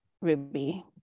Ruby